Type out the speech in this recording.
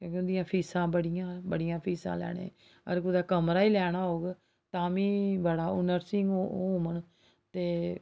की जे उं'दियां फीसां बड़ियां बड़ियां फीसां लैंदे अगर कुतै कमरा ई लैना होग तां बी बड़ा ओह् नर्सिंग होम ते